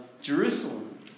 Jerusalem